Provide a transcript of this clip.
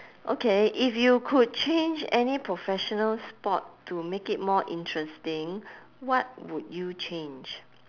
okay if you could change any professional sport to make it more interesting what would you change